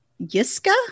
Yiska